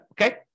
Okay